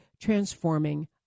transforming